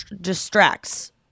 distracts